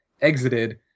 exited